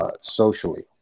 socially